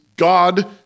God